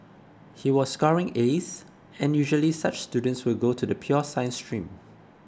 he was scoring As and usually such students will go to the pure science stream